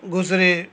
ଘୁଷୁରୀ